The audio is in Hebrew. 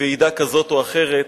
בוועידה כזאת או אחרת,